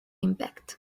impact